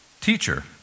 Teacher